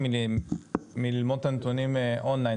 רק מללמוד את הנתונים און-ליין,